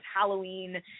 Halloween